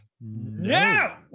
no